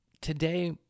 today